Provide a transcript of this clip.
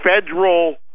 federal